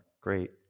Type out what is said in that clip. Great